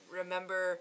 remember